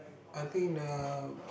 I think the